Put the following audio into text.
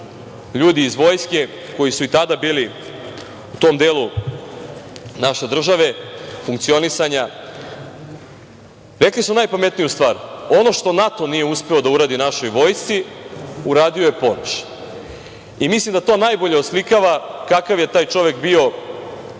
ljudi iz vojske, koji su i tada bili u tom delu naše države, funkcionisanja, rekli su najpametniju stvar – ono što NATO nije uspeo da uradi našoj vojsci uradio je Ponoš. Mislim da to najbolje oslikava kakav je taj čovek bio na